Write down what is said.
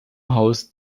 haus